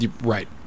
Right